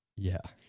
yeah.